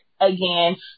again